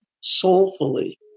soulfully